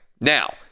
Now